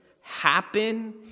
happen